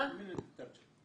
מורכבת מ-15 נשים בכל הגילאים.